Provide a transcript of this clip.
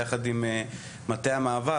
ביחד עם מטה המאבק,